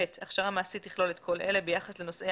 הכשרה מעשית תכלול את כל אלה ביחס לנושאי